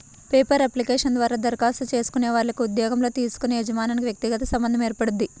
paper application ద్వారా దరఖాస్తు చేసుకునే వాళ్లకి ఉద్యోగంలోకి తీసుకునే యజమానికి వ్యక్తిగత సంబంధం ఏర్పడుద్ది